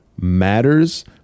matters